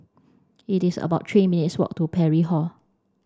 it is about three minutes' walk to Parry Hall